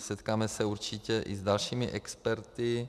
Setkáme se určitě i s dalšími experty.